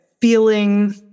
feeling